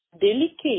delicate